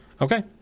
okay